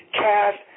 cast